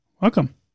Welcome